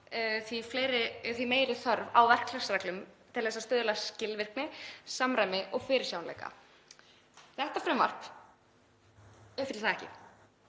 því meiri þörf á verklagsreglum til að stuðla að skilvirkni, samræmi og fyrirsjáanleika. Þetta frumvarp uppfyllir það ekki